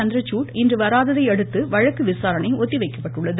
சந்திரசூட் இன்று வராததையடுத்து வழக்கு விசாரணை ஒத்திவைக்கப்பட்டுள்ளது